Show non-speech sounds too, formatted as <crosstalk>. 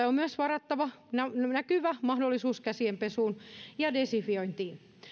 <unintelligible> on myös varattava näkyvä mahdollisuus käsien pesuun ja desinfiointiin